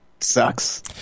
sucks